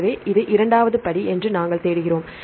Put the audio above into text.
எனவே இது இரண்டாவது படி என்று நாங்கள் தேடுகிறோம்